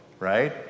Right